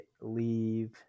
leave